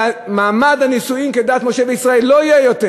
ומעמד הנישואים כדת משה וישראל לא יהיה יותר.